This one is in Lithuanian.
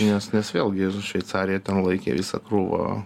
nes nes vėlgi ir šveicarija ten laikė visą krūvą